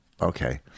okay